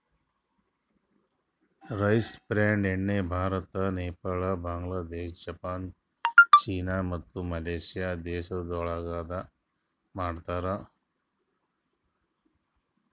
rice bran ಎಣ್ಣಿ Bharat, Nepal, Bangladesh, Japan, China ಮತ್ತ Malaysia ದೇಶಗೊಳ್ದಾಗ್ ಮಾಡ್ತಾರ್